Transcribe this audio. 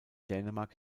dänemark